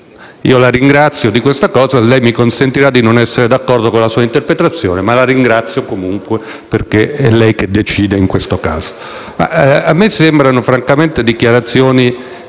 La ringrazio, signor Presidente; lei mi consentirà di non essere d'accordo con la sua interpretazione, ma la ringrazio comunque, perché è lei che decide in questo caso. A me pare francamente che le dichiarazioni